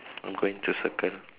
I'm going to circle